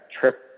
trip